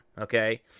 okay